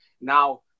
Now